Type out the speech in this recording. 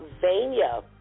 Pennsylvania